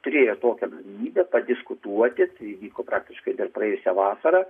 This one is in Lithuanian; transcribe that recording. turėjo tokią galimybę padiskutuoti tai įvyko praktiškai dar praėjusią vasarą